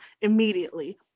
immediately